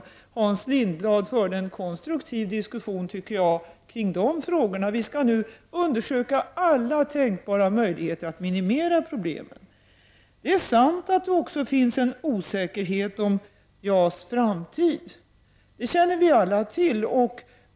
Jag tycker att Hans Lindblad förde en konstruktiv diskussion kring dessa frågor. Vi skall nu undersöka alla tänkbara möjligheter att minimera problemen. Det är sant att det finns en osäkerhet om JAS framtid. Det känner vi alla till.